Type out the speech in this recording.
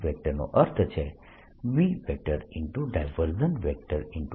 નો અર્થ છે B